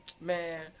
man